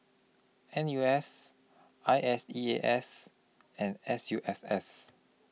N U S I S E A S and S U S S